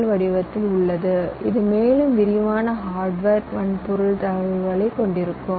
L வடிவத்திலும் உள்ளது இது மேலும் விரிவான ஹார்டுவேர் வன்பொருள் தகவல்களைக் கொண்டிருக்கும்